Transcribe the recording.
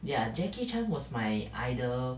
ya jackie chan was my idol